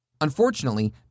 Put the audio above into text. Unfortunately